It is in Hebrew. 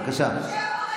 בבקשה, כן.